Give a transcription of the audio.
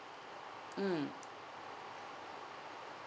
mm